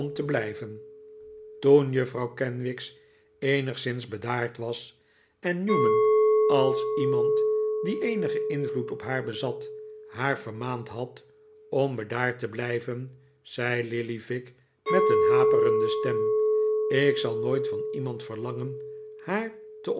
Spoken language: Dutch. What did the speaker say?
te blijven verzoening toen juffrouw kenwigs eenigszins bedaard was en newman als iemand die eenigen invloed op haar bezat haar vermaand had om bedaard te blijven zei lillyvick met een haperende stem ik zal nooit van iemand verlangen haar te